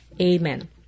amen